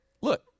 Look